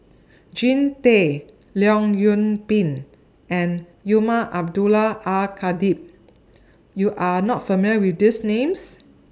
Jean Tay Leong Yoon Pin and Umar Abdullah Al Khatib YOU Are not familiar with These Names